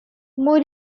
more